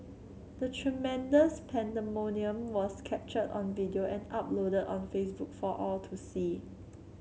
the tremendous pandemonium was captured on video and uploaded on Facebook for all to see